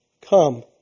Come